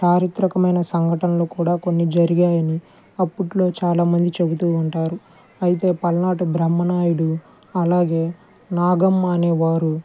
చారిత్రకమైన సంఘటనలు కూడా కొన్ని జరిగాయి అని అప్పుట్లో చాలా మంది చెబుతూ ఉంటారు అయితే పల్నాటి బ్రహ్మనాయుడు అలాగే నాగమ్మ అనేవారు